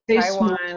Taiwan